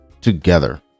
together